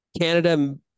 Canada